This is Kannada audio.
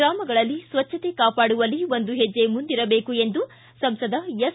ಗ್ರಾಮಗಳಲ್ಲಿ ಸ್ವಚ್ಛತೆ ಕಾಪಾಡುವಲ್ಲಿ ಒಂದು ಹೆಜ್ಜೆ ಮುಂದಿರಬೇಕು ಎಂದು ಸಂಸದ ಎಸ್